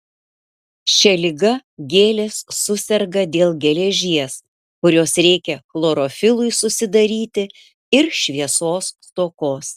šia liga gėlės suserga dėl geležies kurios reikia chlorofilui susidaryti ir šviesos stokos